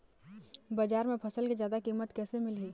बजार म फसल के जादा कीमत कैसे मिलही?